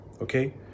okay